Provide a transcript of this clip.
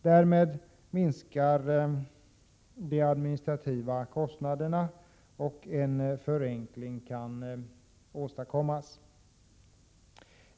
Därmed minskar de administrativa kostnaderna och en förenkling kan åstadkommas.